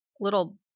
little